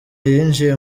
yinjiye